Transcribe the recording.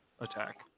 attack